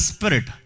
Spirit